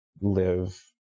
live